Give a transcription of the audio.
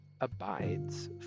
abides